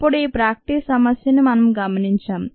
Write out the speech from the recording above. అప్పుడు ఈ ప్రాక్టీస్ సమస్య ని మనం గమనించాం